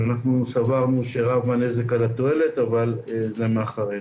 סברנו שרב הנזק על התועלת אבל זה מאחורינו.